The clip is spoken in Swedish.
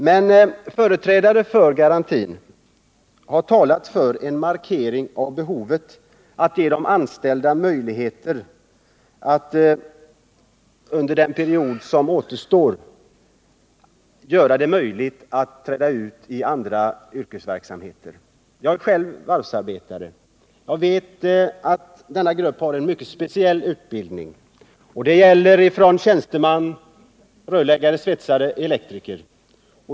Men företrädare för sysselsättningsgarantin har talat för en markering av behovet av att ge de anställda möjligheter att under den period som återstår träda ut i andra yrkesverksamheter. Jag är själv varvsarbetare, och jag vet att denna grupp har en mycket speciell utbildning. Det gäller tjänstemän, rörläggare, svetsare och elektriker.